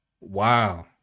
Wow